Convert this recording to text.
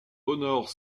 honore